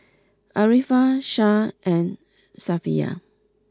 Arifa Shah and Safiya